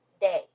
day